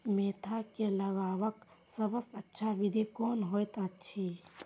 Mentha के लगवाक सबसँ अच्छा विधि कोन होयत अछि?